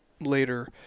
later